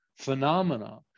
phenomena